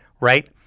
Right